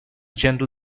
general